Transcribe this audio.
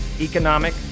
economic